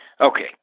Okay